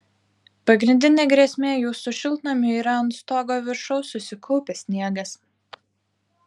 pagrindinė grėsmė jūsų šiltnamiui yra ant stogo viršaus susikaupęs sniegas